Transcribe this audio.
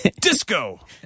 Disco